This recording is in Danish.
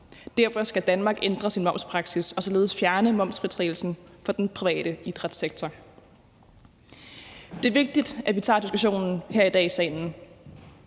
Derfor skal Danmark ændre sin momspraksis og således fjerne momsfritagelsen for den private idrætssektor. Det er vigtigt, at vi tager diskussionen her i dag i salen.